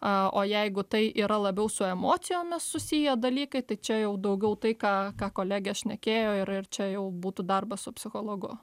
a o jeigu tai yra labiau su emocijomis susiję dalykai tai čia jau daugiau tai ką ką kolegė šnekėjo ir ir čia jau būtų darbas su psichologu